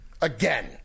Again